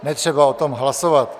netřeba o tom hlasovat.